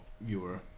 viewer